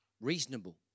reasonable